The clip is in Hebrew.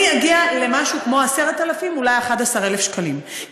אני אגיע למשהו כמו 10,000, אולי 11,000 שקלים.